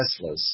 Teslas